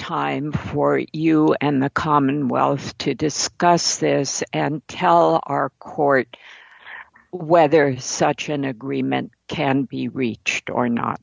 time for you and the commonwealth to discuss this and tell our court whether such an agreement can be reached or not